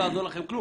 לא יעזור לכם כלום,